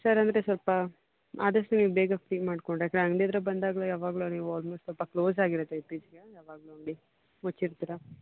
sir ಅಂದರೆ ಸ್ವಲ್ಪ ಆದಷ್ಟು ನೀವು ಬೇಗ ಫ್ರೀ ಮಾಡಿಕೊಂಡ್ರೆ ಯಾಕೆಂದ್ರೆ ಅಂಗಡಿ ಹತ್ತಿರ ಬಂದಾಗಲೂ ಯಾವಾಗಲೂ ನೀವು ಆಲ್ಮೋಸ್ಟ್ ಸ್ವಲ್ಪ ಕ್ಲೋಸಾಗಿರುತ್ತೆ ಇತ್ತೀಚೆಗೆ ಯಾವಾಗಲೂ ಅಂಗಡಿ ಮುಚ್ಚಿರ್ತೀರ